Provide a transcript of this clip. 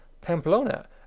Pamplona